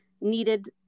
needed